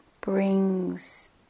brings